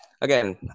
Again